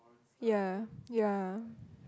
ya ya